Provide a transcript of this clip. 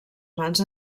mans